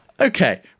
Okay